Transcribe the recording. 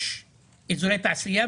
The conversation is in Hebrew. יש אזורי תעשייה,